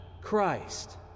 Christ